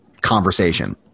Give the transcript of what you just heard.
conversation